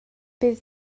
bydd